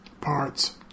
parts